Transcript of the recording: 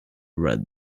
red